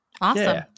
Awesome